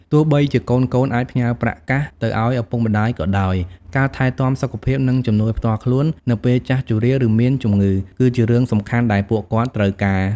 ទោះបីជាកូនៗអាចផ្ញើប្រាក់កាសទៅឱ្យឪពុកម្ដាយក៏ដោយ ការថែទាំសុខភាព និងជំនួយផ្ទាល់ខ្លួននៅពេលចាស់ជរា ឬមានជំងឺ គឺជារឿងសំខាន់ដែលពួកគាត់ត្រូវការ។